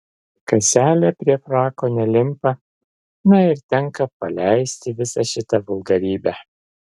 kaselė prie frako nelimpa na ir tenka paleisti visą šitą vulgarybę